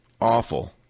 awful